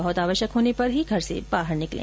बहुत आवश्यक होने पर ही घर से बाहर निकलें